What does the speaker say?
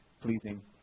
pleasing